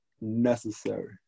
necessary